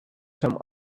some